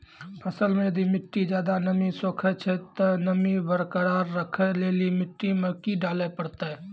फसल मे यदि मिट्टी ज्यादा नमी सोखे छै ते नमी बरकरार रखे लेली मिट्टी मे की डाले परतै?